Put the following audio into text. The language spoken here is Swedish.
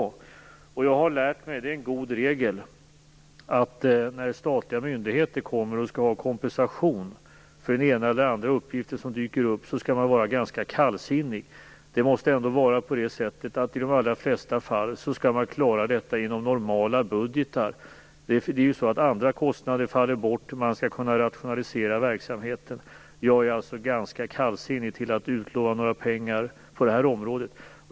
En god regel som jag har lärt mig är att man skall vara ganska kallsinnig när statliga myndigheter kommer med krav på kompensation för den ena eller andra uppgiften som dyker upp. Detta måste i de flesta fall klaras inom normala budgetar. Det är ju så att andra kostnader faller bort, och man skall kunna rationalisera verksamheten. Jag är alltså ganska kallsinnig till att utlova några pengar på det här området.